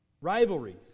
rivalries